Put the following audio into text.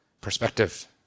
Perspective